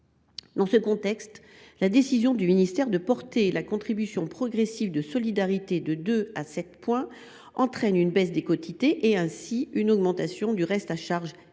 Dans ce contexte, la décision du ministère de porter la contribution progressive de solidarité de 2 à 7 points entraîne une baisse des quotités et donc une augmentation du reste à charge